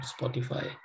Spotify